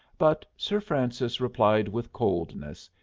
but sir francis replied with coldness,